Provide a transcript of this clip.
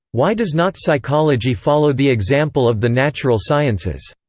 why does not psychology follow the example of the natural sciences?